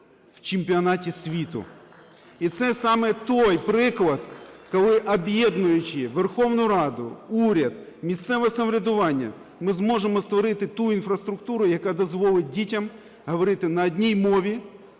в чемпіонаті світу. І це саме той приклад, коли, об'єднуючи Верховну Раду, уряд, місцеве самоврядування, ми зможемо створити ту інфраструктуру, яка дозволить дітям говорити на одній мові,